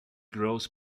grows